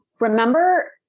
remember